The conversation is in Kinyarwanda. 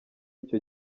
icyo